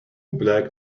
black